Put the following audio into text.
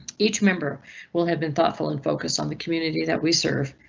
each member will have been thoughtful and focus on the community that we serve.